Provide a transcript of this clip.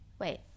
wait